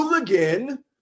again